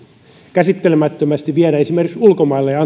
käsittelemättömästi viedä esimerkiksi ulkomaille ja